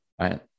right